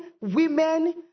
women